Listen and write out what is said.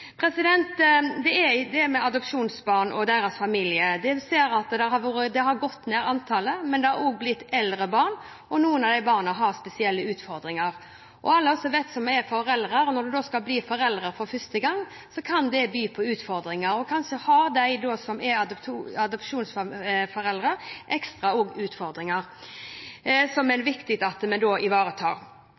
det med adoptivbarn og deres familie. Vi ser at antallet går ned, men det har også blitt eldre barn, og noen av de barna har spesielle utfordringer. Alle som er foreldre, vet at når man skal bli foreldre for første gang, kan det by på utfordringer, og kanskje har de som er adoptivforeldre, ekstra utfordringer, som det er viktig at vi ivaretar.